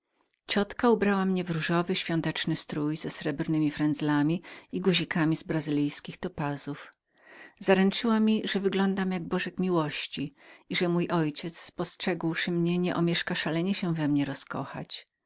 ciotka moja ubrała mnie w różową aksamitną sukienkę ze srebrnemi frenzlami i guzikami z brazylijskich topazów zaręczyła mi że wyglądałem jak bożek miłości i że mój ojciec spostrzegłszy mnie nie omieszka szalenie się we mnie rozkochać